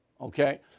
Okay